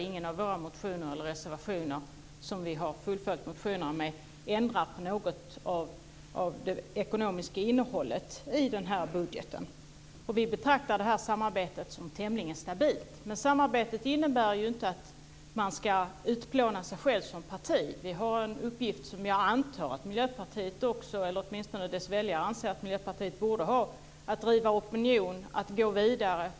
Ingen av våra motioner eller de reservationer som vi har fullföljt motionerna med ändrar på något av det ekonomiska innehållet i budgeten. Vi betraktar samarbetet som tämligen stabilt. Men samarbetet innebär ju inte att man ska utplåna sig själv som parti! Vi har en uppgift som jag antar att även Miljöpartiet - eller åtminstone dess väljare - anser att Miljöpartiet bör ha i att driva opinion och att gå vidare.